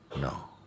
No